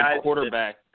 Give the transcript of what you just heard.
quarterback